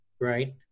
right